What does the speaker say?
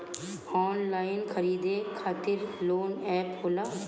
Online खरीदे खातीर कौन एप होला?